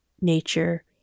nature